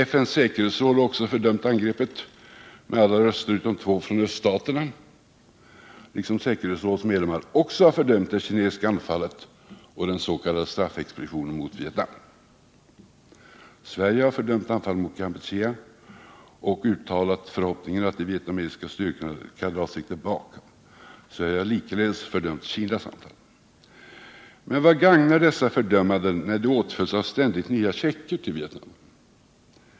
FN:s säkerhetsråd har också fördömt angreppet med alla röster utom två från öststaterna, liksom säkerhetsrådets medlemmar också har fördömt det kinesiska anfallet och den s.k. straffexpeditionen mot Vietnam. Sverige har fördömt anfallet mot Kampuchea och uttalat förhoppningen att de vietnamesiska styrkorna skall dra sig tillbaka. Sverige har likaledes fördömt Kinas anfall. Men vad gagnar dessa fördömanden när de åtföljs av ständigt nya checker till Vietnam.